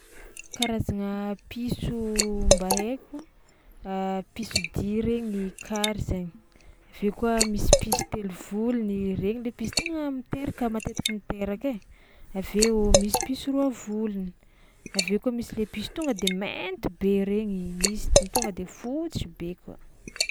Karazagna piso mba haiko: pisodia regny kary zany, avy eo koa misy piso telo volony, regny le piso tegna miteraka matetiky miteraka ai, avy eo misy piso roa volony, avy eo koa misy le piso tonga de mainty be regny, misy tonga de fotsy be koa.